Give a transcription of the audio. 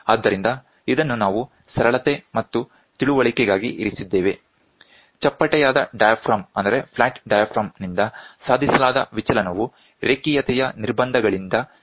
ಆದ್ದರಿಂದ ಇದನ್ನು ನಾವು ಸರಳತೆ ಮತ್ತು ತಿಳುವಳಿಕೆಗಾಗಿ ಇರಿಸಿದ್ದೇವೆ ಚಪ್ಪಟೆಯಾದ ಡಯಾಫ್ರಾಮ್ ನಿಂದ ಸಾಧಿಸಲಾದ ವಿಚಲನವು ರೇಖೀಯತೆಯ ನಿರ್ಬಂಧಗಳಿಂದ ಸೀಮಿತವಾಗಿದೆ